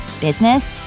business